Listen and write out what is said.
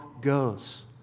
goes